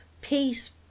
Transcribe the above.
peace